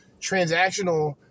transactional